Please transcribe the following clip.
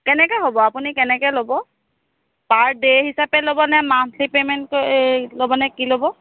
কেনেকৈ হ'ব আপুনি কেনেকৈ ল'ব পাৰ ডে হিচাপে ল'ব নে মান্থলি পেমেণ্ট এই ল'বনে কি ল'ব